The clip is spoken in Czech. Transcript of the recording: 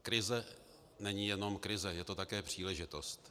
Krize není jenom krize, je to také příležitost.